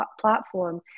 platform